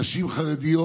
נשים חרדיות,